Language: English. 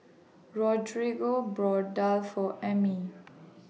Rodrigo bought Daal For Emmie